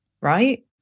right